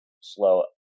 slow